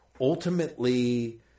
ultimately